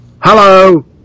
Hello